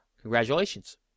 congratulations